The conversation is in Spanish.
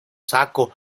saco